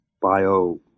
bio